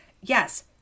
yes